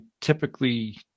typically